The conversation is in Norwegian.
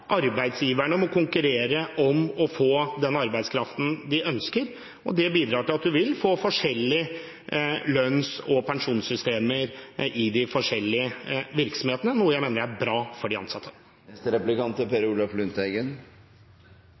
Arbeidsgiverne må konkurrere om å få den arbeidskraften de ønsker. Det bidrar til at en vil få forskjellige lønns- og pensjonssystemer i de forskjellige virksomhetene, noe jeg mener er bra for de ansatte.